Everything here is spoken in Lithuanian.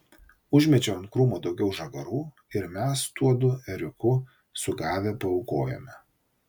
užmečiau ant krūmo daugiau žagarų ir mes tuodu ėriuku sugavę paaukojome